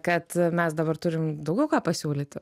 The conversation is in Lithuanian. kad mes dabar turim daugiau ką pasiūlyti